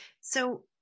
So-